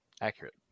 Accurate